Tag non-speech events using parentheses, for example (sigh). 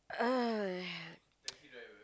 !aiya! (noise)